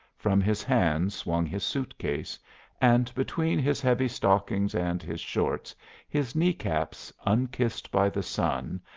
from his hands swung his suitcase and between his heavy stockings and his shorts his kneecaps, unkissed by the sun,